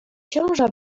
ciąża